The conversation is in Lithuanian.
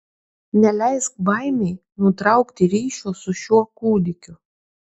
neleisk baimei nutraukti ryšio su šiuo kūdikiu